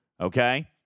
Okay